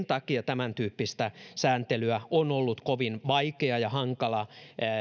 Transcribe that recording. takia tämäntyyppistä sääntelyä on ollut kovin vaikea ja hankala